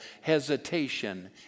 hesitation